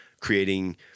creating